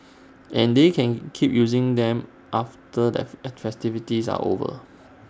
and they can keep using them after the attractives are over